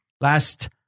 last